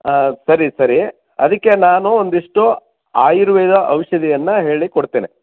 ಹಾಂ ಸರಿ ಸರಿ ಅದಕ್ಕೆ ನಾನು ಒಂದಿಷ್ಟು ಆಯುರ್ವೇದ ಔಷಧಿಯನ್ನು ಹೇಳಿ ಕೊಡ್ತೇನೆ